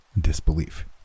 disbelief